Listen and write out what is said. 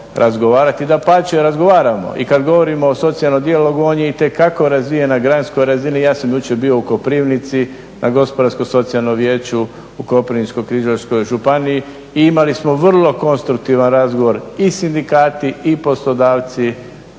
dapače razgovaramo. I kada govorimo o socijalnom dijalogu on je itekako razvijen na …/Govornik se ne razumije./… razini. Ja sam jučer bio u Koprivnici na Gospodarsko socijalnom vijeću u Koprivničko-križevačkoj županiji i imali smo vrlo konstruktivan razgovor i sindikati i poslodavci